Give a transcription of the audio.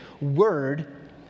word